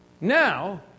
Now